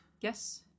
Yes